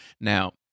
Now